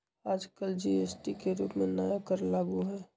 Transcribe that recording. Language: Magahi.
आजकल जी.एस.टी के रूप में नया कर लागू हई